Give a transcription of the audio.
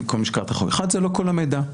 אחד, זה לא כל המידע.